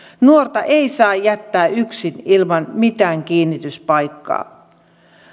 nuorta ei saa jättää yksin ilman mitään kiinnityspaikkaa